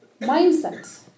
mindset